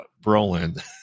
brolin